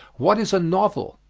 what is a novel?